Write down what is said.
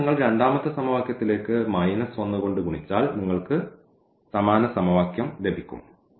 ഇവിടെ നിങ്ങൾ രണ്ടാമത്തെ സമവാക്യത്തിലേക്ക് 1 കൊണ്ട് ഗുണിച്ചാൽ നിങ്ങൾക്ക് സമാന സമവാക്യം ലഭിക്കും